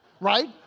right